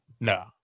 no